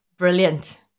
Brilliant